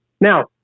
now